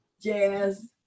jazz